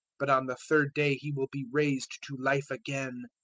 but on the third day he will be raised to life again.